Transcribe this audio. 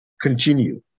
Continue